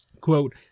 Quote